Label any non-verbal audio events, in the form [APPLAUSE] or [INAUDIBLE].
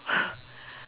[LAUGHS]